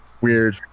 weird